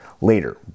later